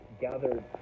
gathered